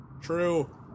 True